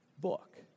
book